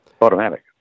automatic